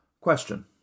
Question